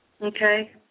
Okay